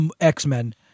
X-Men